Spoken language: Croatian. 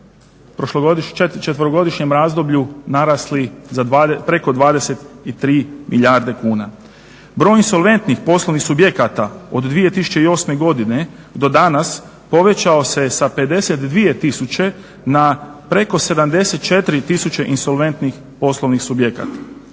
u 4-godišnjem razdoblju narasli preko 23 milijarde kuna. Broj insolventnih poslovnih subjekata od 2008. godine do danas povećao se sa 52 tisuće na preko 74 tisuće insolventnih poslovnih subjekata.